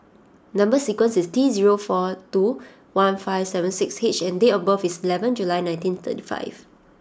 number sequence is T zero four two one five seven six H and date of birth is eleven July nineteen thirty five